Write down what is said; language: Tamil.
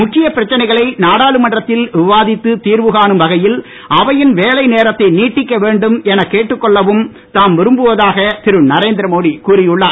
முக்கிய பிரச்சனைகளை தாம் நாடாளுமன்றத்தில் விவாதித்து தீர்வு காணும் வகையில் அவையின் வேலை நோத்தை நீட்டிக்க வேண்டும் எனக் கேட்டுக் கொள்ளவும் தாம் விரும்புவதாக திரு நரேந்திரமோடி கூறி உள்ளார்